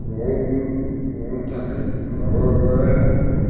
न'आवनो न'आवनो थाखायो माबा माबा